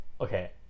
Okay